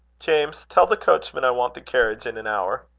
james, tell the coachman i want the carriage in an hour.